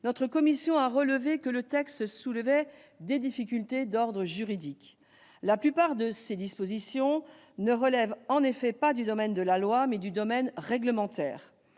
notre commission a relevé que le texte soulevait des difficultés d'ordre juridique. En effet, la plupart de ses dispositions ne relèvent pas du domaine de la loi, mais du domaine réglementaire.